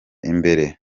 imbere